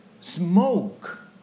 smoke